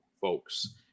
folks